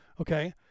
Okay